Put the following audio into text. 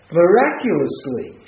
miraculously